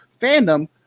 fandom